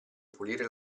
pulire